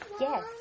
Yes